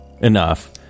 enough